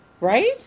Right